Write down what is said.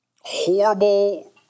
horrible